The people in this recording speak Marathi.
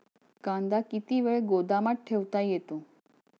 कांदा किती वेळ गोदामात ठेवता येतो?